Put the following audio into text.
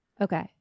Okay